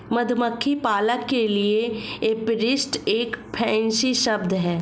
मधुमक्खी पालक के लिए एपीरिस्ट एक फैंसी शब्द है